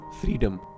freedom